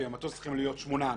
שעל מטוס צריכים להיות שמונה אנשים,